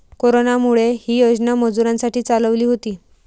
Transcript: कोरोनामुळे, ही योजना मजुरांसाठी चालवली होती